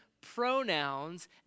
pronouns